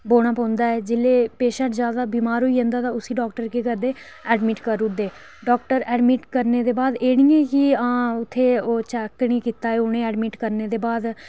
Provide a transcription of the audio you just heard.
बौह्ना पौंदा ऐ जेल्लै पेशेंट जादा बमार होई जंदा तां पेशेंट उसी केह् करदे एडमिट करी ओड़दे ते डॉक्टर एडमिट करने दे बाद एह् निं ऐ कि आं उत्थै चैक निं कीता उ'नें एडमिट करने दे बाद